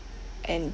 and